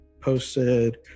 posted